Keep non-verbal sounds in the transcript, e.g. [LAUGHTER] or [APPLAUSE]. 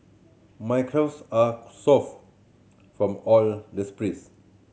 my calves are [UNINTELLIGIBLE] from all the sprints